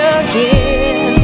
again